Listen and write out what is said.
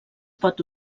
pot